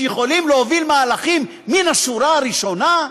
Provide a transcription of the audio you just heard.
שיכולים להוביל מהלכים מן השורה הראשונה?